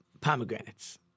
pomegranates